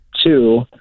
two